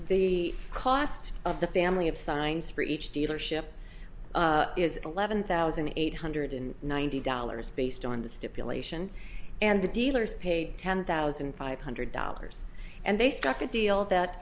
the cost of the family of signs for each dealership is eleven thousand eight hundred and ninety dollars based on the stipulation and the dealers paid ten thousand five hundred dollars and they struck a deal